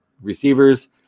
receivers